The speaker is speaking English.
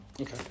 Okay